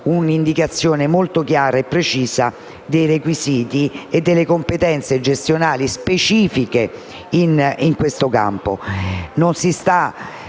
un'indicazione molto chiara e precisa dei requisiti e delle competenze gestionali specifiche nel campo.